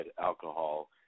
alcohol